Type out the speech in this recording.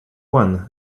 one